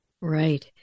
Right